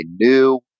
new